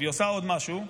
והיא עושה עוד משהו,